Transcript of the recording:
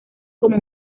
como